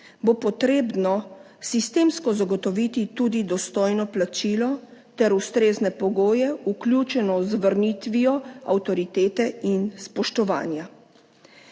bo potrebno sistemsko zagotoviti tudi dostojno plačilo ter ustrezne pogoje, vključeno z vrnitvijo avtoritete in spoštovanja.